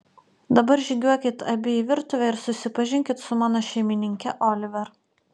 dabar žygiuokit abi į virtuvę ir susipažinkit su mano šeimininke oliver